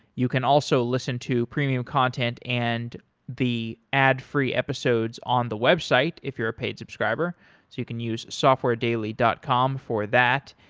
you can also listen to premium content and the ad free episodes on the website if you're a paid subscriber. so you can use softwaredaily dot com for that.